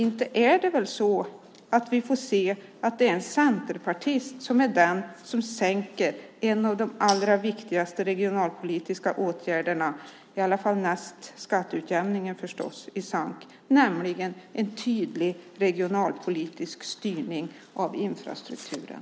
Inte är det väl så att vi får se att det är en centerpartist som sänker en av de allra viktigaste regionalpolitiska åtgärderna, i varje fall näst skatteutjämningen, nämligen en tydlig regionapolitisk styrning av infrastrukturen?